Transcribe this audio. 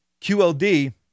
QLD